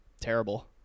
Terrible